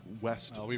West